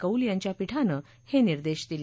कौल यांच्या पिठानं हे निर्देश दिले